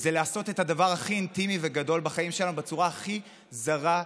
זה לעשות את הדבר הכי אינטימי וגדול בחיים שלנו בצורה הכי זרה,